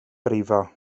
brifo